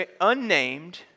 unnamed